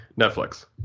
Netflix